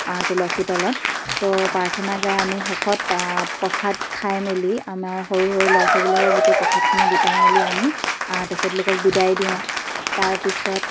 তুলসী তলত তো প্ৰাৰ্থনা গাই আমি শেষত প্ৰসাদ খাই মেলি আমাৰ সৰু সৰু ল'ৰা ছোৱালীবিলাকক গোটেই প্ৰসাদখিনি বিটাই মেলি আমি তেখেতলোকক বিদায় দিওঁ তাৰপিছত